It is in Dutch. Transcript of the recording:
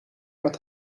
met